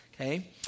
Okay